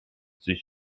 sich